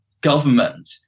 government